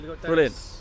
Brilliant